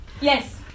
yes